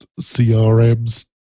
CRM's